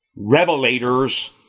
revelators